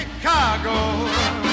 Chicago